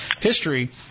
history